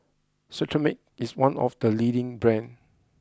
Cetrimide is one of the leading brands